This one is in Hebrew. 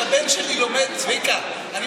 שהבן שלי לומד באוניברסיטת